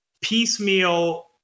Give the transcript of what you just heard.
piecemeal